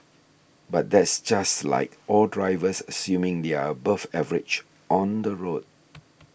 but that's just like all drivers assuming they are above average on the road